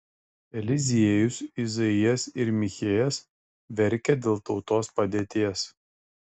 eliziejus izaijas ir michėjas verkė dėl tautos padėties